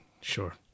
Sure